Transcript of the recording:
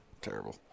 Terrible